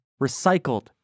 recycled